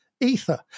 Ether